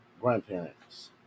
grandparents